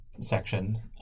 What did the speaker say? section